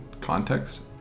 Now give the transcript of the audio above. context